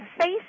face